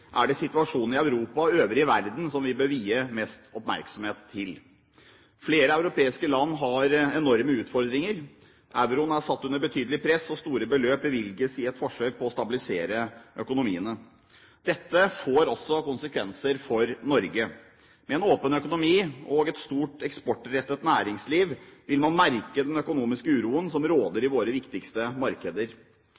er det situasjonen i Europa og den øvrige verden vi bør vie mest oppmerksomhet. Flere europeiske land har enorme utfordringer. Euroen er satt under betydelig press, og store beløp bevilges i et forsøk på å stabilisere økonomiene. Dette får også konsekvenser for Norge. Med en åpen økonomi og et stort eksportrettet næringsliv vil man merke den økonomiske uroen som råder